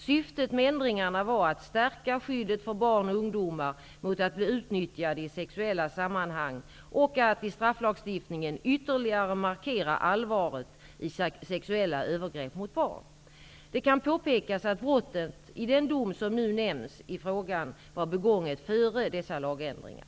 Syftet med ändringarna var att stärka skyddet för barn och ungdomar mot att bli utnyttjade i sexuella sammanhang och att i strafflagstiftningen ytterligare markera allvaret i sexuella övergrepp mot barn. Det kan påpekas att brottet i den dom som nämns i frågan var begånget före dessa lagändringar.